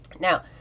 Now